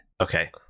Okay